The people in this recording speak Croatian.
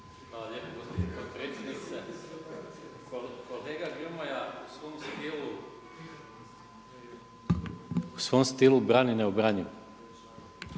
Kolega Grmoja u svom stilu brani neobranjivo.